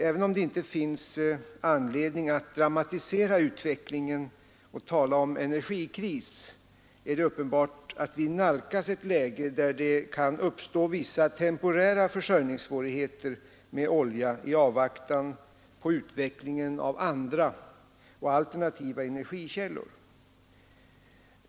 Även om det inte finns anledning att dramatisera utvecklingen och tala om energikris, är det uppenbart att vi nalkas ett läge där det kan uppstå vissa temporära försörjningssvårigheter med olja i avvaktan på utvecklingen av andra och alternativa energikällor.